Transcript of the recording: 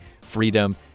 freedom